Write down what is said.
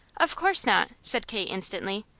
of course not! said kate instantly.